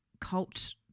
cult